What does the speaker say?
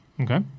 Okay